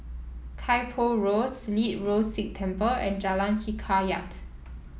Kay Poh Road Silat Road Sikh Temple and Jalan Hikayat